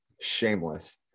shameless